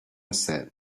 said